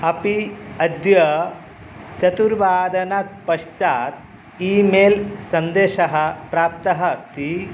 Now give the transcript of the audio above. अपि अद्य चतुर्वादनात् पश्चात् ईमेल् सन्देशः प्राप्तः अस्ति